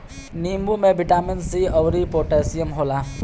नींबू में vitamin C अउरी पोटैशियम होला